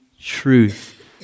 truth